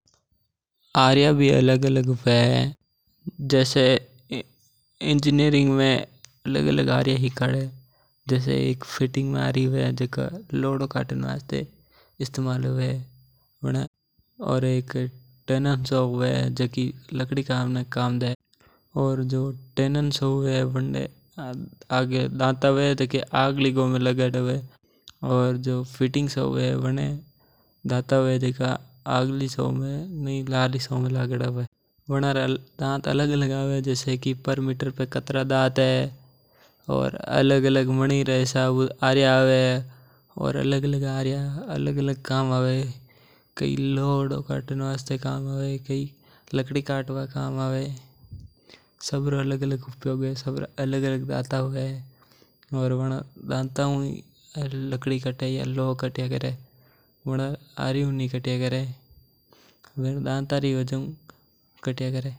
आरिया भी अलग-अलग हवे जैसे इंजीनियरिंग में आरिया हिकाड़े जैसे एक फिटिंग आरी हवे जिकी लोह कटवा में काम में लिया करे। और एक तणे आरी हवे जिकी लकड़ा कटवा में काम आवे। अनमे अलग-अलग आरिया रा अलग-अलग दांत आयी काई में छोटा हवे काई में वड़ा दांता हवे। वणा रा हिसाब हुवे काम में लेया करे।